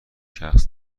شخص